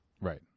Right